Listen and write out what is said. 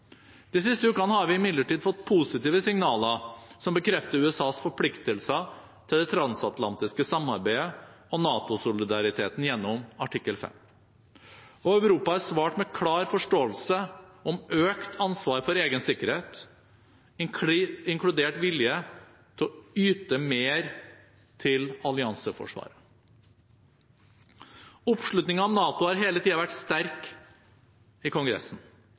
De siste ukene har vi imidlertid fått positive signaler som bekrefter USAs forpliktelser til det transatlantiske samarbeidet og NATO-solidariteten gjennom artikkel 5. Europa har svart med klar forståelse av økt ansvar for egen sikkerhet, inkludert vilje til å yte mer til allianseforsvaret. Oppslutningen om NATO har hele tiden vært sterk i Kongressen.